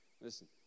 Listen